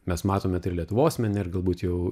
mes matome tai ir lietuvos mene ir galbūt jau